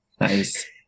Nice